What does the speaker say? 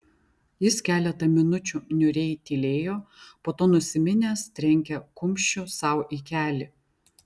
jis keletą minučių niūriai tylėjo po to nusiminęs trenkė kumščiu sau į kelį